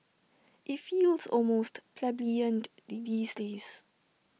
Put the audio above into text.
IT feels almost plebeiant the these days